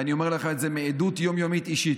ואני אומר לך את זה מעדות יום-יומית אישית,